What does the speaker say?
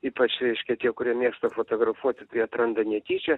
ypač reiškia tie kurie mėgsta fotografuoti tai atranda netyčia